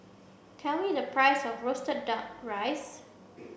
tell me the price of roasted duck rice